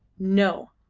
no,